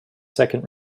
second